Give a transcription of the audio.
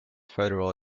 federal